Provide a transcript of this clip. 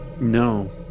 No